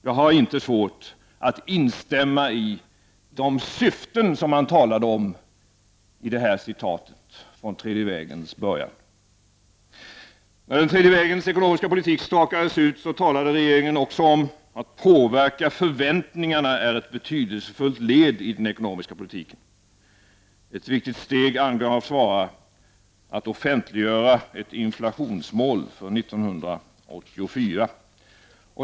Jag har inte svårt att instämma i de syften som man talade om i citatet från början av den tredje vägen. När den tredje vägens ekonomiska politik stakades ut sade regeringen också: Att påverka förväntningarna är ett betydelsefullt led i den ekonomiska politiken. Ett viktigt steg angavs vara att ”offentliggöra ett inflationsmål inför 1984”.